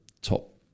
top